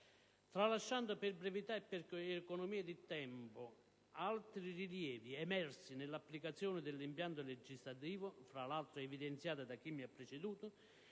Tralasciando per brevità e per economia di tempo altre criticità emerse nell'applicazione dell'impianto legislativo, fra l'altro evidenziate da chi mi ha preceduto,